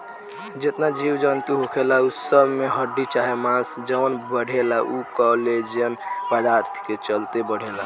जेतना जीव जनतू होखेला उ सब में हड्डी चाहे मांस जवन बढ़ेला उ कोलेजन पदार्थ के चलते बढ़ेला